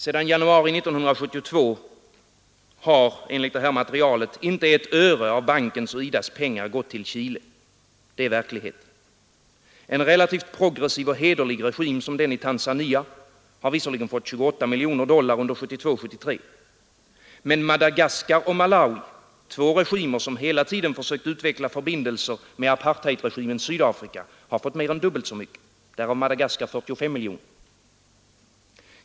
Sedan januari 1972 har enligt det här materialet inte ett öre av bankens eller IDA :s pengar gått till Chile — det är verkligheten. En relativt progressiv och hederlig regim som den i Tanzania har visserligen fått 28 miljoner dollar under 1972-1973. Men Madagaskar och Malawi — två regimer som hela tiden försökt utveckla förbindelser med apartheidregimens Sydafrika — har fått mer än dubbelt så mycket, därav Madagaskar 45 miljoner.